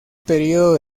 periodo